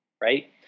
right